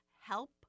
help